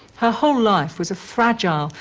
her whole life was a fragile,